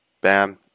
BAM